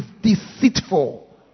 deceitful